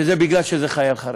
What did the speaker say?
שזה בגלל שזה חייל חרדי,